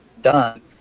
done